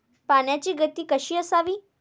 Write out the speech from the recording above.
पाण्याची गती कशी असावी?